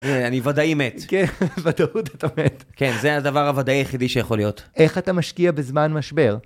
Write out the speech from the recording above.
אני ודאי מת. כן, בודאות אתה מת. כן, זה הדבר הוודאי היחידי שיכול להיות. איך אתה משקיע בזמן משבר?